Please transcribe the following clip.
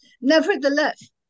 Nevertheless